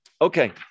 Okay